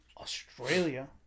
Australia